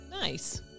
Nice